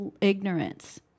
ignorance